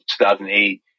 2008